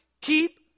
keep